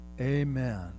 Amen